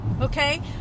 Okay